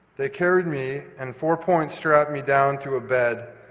they carried me and four points strapped me down to a bed,